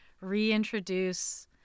reintroduce